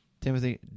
Timothy